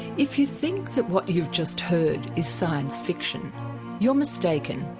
if you think that what you've just heard is science fiction you're mistaken,